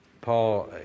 Paul